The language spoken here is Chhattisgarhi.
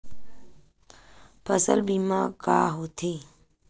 फसल बीमा का होथे?